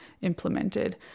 implemented